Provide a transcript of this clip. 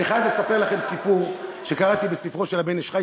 אני חייב לספר לכם סיפור שקראתי בספר "בן איש חי",